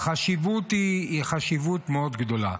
החשיבות היא חשיבות מאוד גדולה.